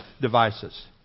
devices